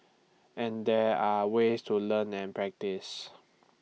and there are ways to learn and practice